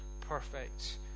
perfect